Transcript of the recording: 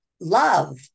love